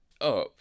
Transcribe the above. up